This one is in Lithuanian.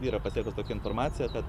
yra pasiekus tokia informacija kad